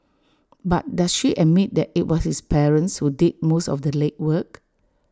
but does she admit that IT was his parents who did most of the legwork